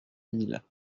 mille